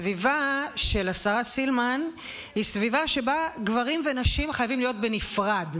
הסביבה של השרה סילמן היא סביבה שבה גברים ונשים חייבים להיות בנפרד.